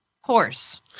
horse